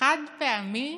חד-פעמי